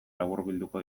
laburbilduko